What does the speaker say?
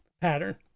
pattern